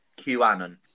QAnon